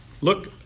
Look